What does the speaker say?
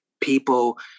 people